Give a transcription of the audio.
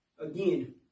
Again